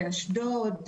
אשדוד,